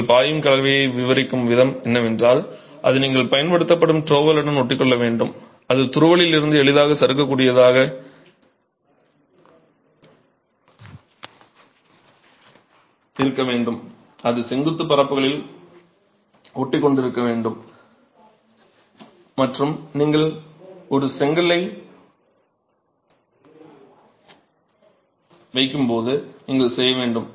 நீங்கள் பாயும் கலவையை விவரிக்கும் விதம் என்னவென்றால் அது நீங்கள் பயன்படுத்தும் ட்ரோவலுடன் ஒட்டிக்கொள்ள வேண்டும் அது ட்ரோவலில் இருந்து எளிதாக சறுக்கக்கூடியதாக இருக்க வேண்டும் அது செங்குத்து பரப்புகளில் ஒட்டிக்கொண்டிருக்க வேண்டும் மற்றும் நீங்கள் ஒரு செங்கலை வைக்கும் போது நீங்கள் செய்ய வேண்டும்